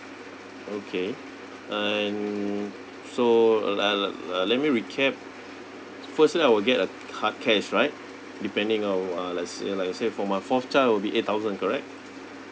okay and so like uh like like let me recap firstly I will get a hard cash right depending on uh let's say like you say for my fourth child will be eight thousand correct